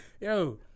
Yo